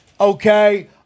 okay